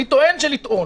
אני טוען שלטעון